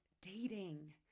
dating